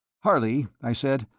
harley, i said,